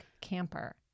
camper